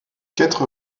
quatre